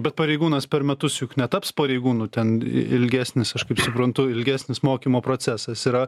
bet pareigūnas per metus juk netaps pareigūnu ten ilgesnis aš kaip suprantu ilgesnis mokymo procesas yra